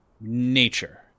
Nature